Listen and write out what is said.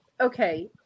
okay